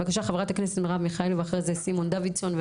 בבקשה חברת הכנסת מירב מיכאלי ואחריה סימון דוידסון,